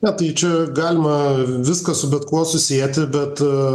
na tai čia galima viską su bet kuo susieti bet